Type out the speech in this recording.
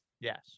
Yes